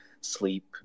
sleep